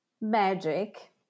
magic